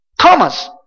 Thomas